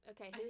Okay